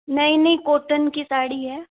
नहीं नहीं कोटन की साड़ी है